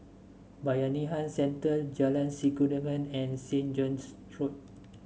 Bayanihan Centre Jalan Sikudangan and Saint John's Road